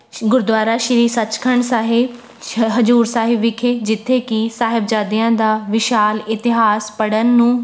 ਗੁਰਦੁਆਰਾ ਸ਼੍ਰੀ ਸੱਚਖੰਡ ਸਾਹਿਬ ਹ ਹਜ਼ੂਰ ਸਾਹਿਬ ਵਿਖੇ ਜਿੱਥੇ ਕਿ ਸਾਹਿਬਜ਼ਾਦਿਆਂ ਦਾ ਵਿਸ਼ਾਲ ਇਤਿਹਾਸ ਪੜ੍ਹਨ ਨੂੰ